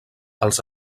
els